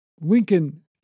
Lincoln